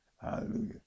hallelujah